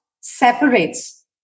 separates